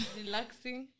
relaxing